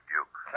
Duke